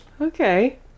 Okay